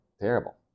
terrible